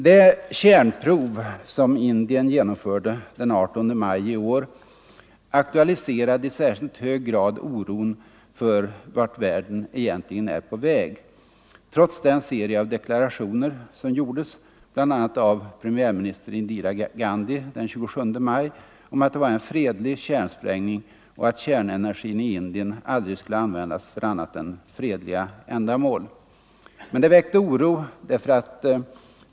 Det kärnprov som Indien genomförde den 18 maj i år aktualiserade i särskilt hög grad oron för vart världen egentligen är på väg — trots den serie av deklarationer som gjordes, bl.a. av premiärminister Indira Gandhi den 27 maj, om att det var en fredlig kärnsprängning och att kärnenergin i Indien aldrig skulle användas för annat än fredliga ändamål. Men det väckte oro.